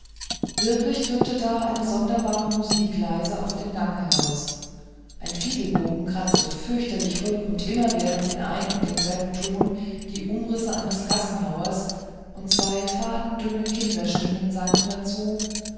wirklich tönte da eine sonderbare musik leise auf den gang heraus ein fiedelbogen kratzte fürchterlich hoch und immerwährend in ein und demselben ton die umrisse eines gassenhauers und zwei fadendünne kinderstimmen sangen dazu